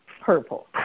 purple